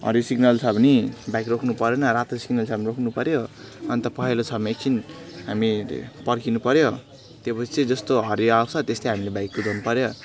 हरियो सिग्नल छ भने बाइक रोक्नु परेन रातो सिग्नल छ भने रोक्नु पऱ्यो अन्त पहेलो छ भने एकछिन हामीले पर्खिनु पऱ्यो त्योपछि जस्तो हरियो आउँछ त्यस्तै हामीले बाइक कुदाउनु पऱ्यो